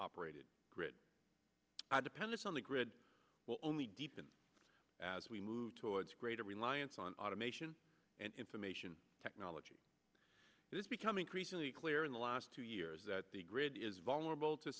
operated grid our dependence on the grid will only deepen as we move towards greater reliance on automation and information technology it has become increasingly clear in the last two years that the grid is vulnerable to